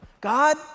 God